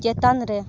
ᱪᱮᱛᱟᱱ ᱨᱮ